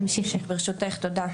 תמשיכי.) תודה.